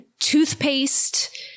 toothpaste